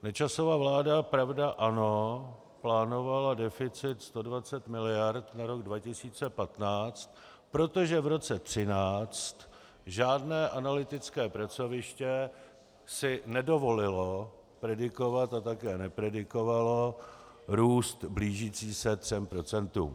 Nečasová vláda, pravda, ano, plánovala deficit 120 mld. na rok 2015, protože v roce 2013 žádné analytické pracoviště si nedovolilo predikovat a také nepredikovalo růst blížící se třem procentům.